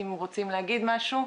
אם הם רוצים להגיד משהו,